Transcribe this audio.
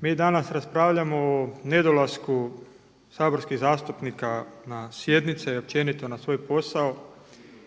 mi danas raspravljamo o nedolasku saborskih zastupnika na sjednice i općenito na svoj posao